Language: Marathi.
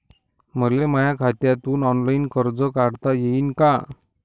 मले माया खात्यातून ऑनलाईन कर्ज काढता येईन का?